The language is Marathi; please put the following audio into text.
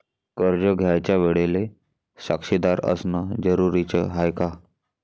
कर्ज घ्यायच्या वेळेले साक्षीदार असनं जरुरीच हाय का?